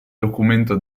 documento